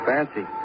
Fancy